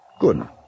Good